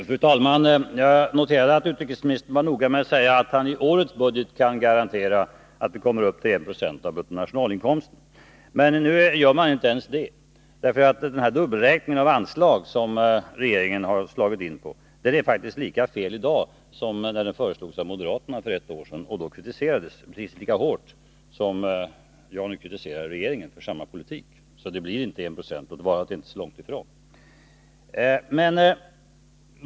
Fru talman! Jag noterade att utrikesministern var noga med att säga att han i årets budget kan garantera att vi kommer upp till 1 26 av bruttonationalinkomsten. Men nu sker inte ens det, därför att denna dubbelräkning av anslag som regeringen har börjat med faktiskt är lika felaktig i dag som den var när den föreslogs av moderaterna för ett år sedan, då man kritiserade den precis lika hårt som jag nu kritiserar regeringen för samma politik. Det blir alltså inte 1 96 — låt vara att det inte är så långt ifrån.